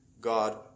God